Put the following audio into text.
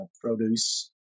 produce